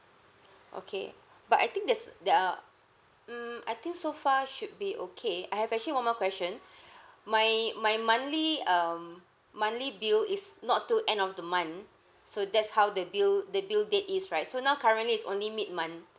okay but I think that's the uh mm I think so far should be okay I have actually one more question my my monthly um monthly bill is not till end of the month so that's how the bill the bill date is right so now currently it's only mid month